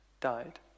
died